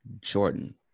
Jordan